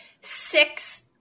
six